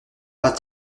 pas